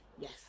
Yes